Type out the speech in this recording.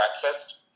breakfast